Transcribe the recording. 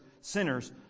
sinners